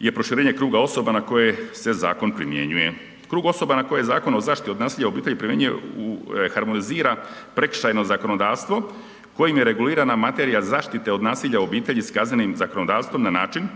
je proširenje kruga osoba na koje se zakon primjenjuje. Krug osoba na koje je Zakon o zaštiti od nasilja u obitelji .../Govornik se ne razumije./... harmonizira prekršajno zakonodavstvo kojim je regulirana materija zaštite od nasilja u obitelji s kaznenom zakonodavstvom na način